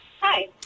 Hi